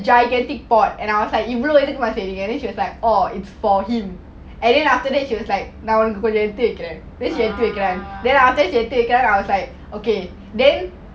gigantic pot and I was like you cook really too much already and she was like orh it's for him and then after that she was like now நான் உன்னக்கு கொஞ்சம் எடுத்து வெக்கிறான் எடுத்து வெக்கிறான்:naan unnaku konjam eaduthu vekkiran eaduthu vekkiran then after they எடுத்து வெக்கிறான்:eaduthu vekkiran I was like okay then